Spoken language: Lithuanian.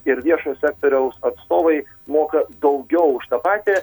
ir viešo sektoriaus atstovai moka daugiau už tą patį